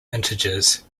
integers